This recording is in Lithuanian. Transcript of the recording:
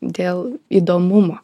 dėl įdomumo